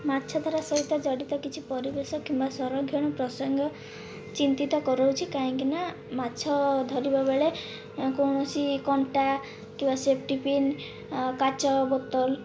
ମାଛଧରା ସହିତ ଜଡ଼ିତ କିଛି ପରିବେଶ କିମ୍ବା ସଂରକ୍ଷଣ ପ୍ରସଙ୍ଗ ଚିନ୍ତିତ କରୁଅଛି କାହିଁକିନା ମାଛ ଧରିବାବେଳେ କୌଣସି କଣ୍ଟା କିମ୍ବା ସେଫ୍ଟି ପିନ୍ କାଚ ବୋତଲ